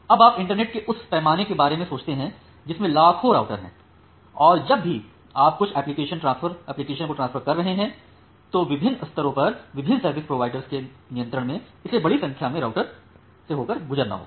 अब आप इंटरनेट के उस पैमाने के बारे में सोचते हैं जिसमे लाखों राउटर हैं और जब भी आप कुछ एप्लीकेशनको ट्रांसफर कर रहे हैं तो विभिन्न स्तरों पर विभिन्न सर्विस प्रोवाइडर्स के नियंत्रण में इसे बड़ी संख्या में राउटर से होकर गुजरना होगा